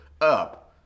up